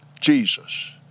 Jesus